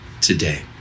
today